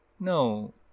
No